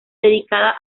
dedicada